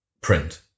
print